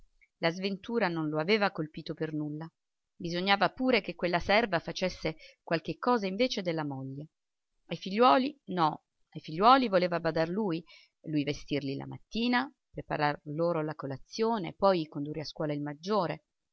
la sventura non lo aveva colpito per nulla bisognava pure che quella serva facesse qualche cosa invece della moglie ai figliuoli no ai figliuoli voleva badar lui lui vestirli la mattina preparar loro la colazione poi condurre a scuola il maggiore